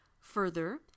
Further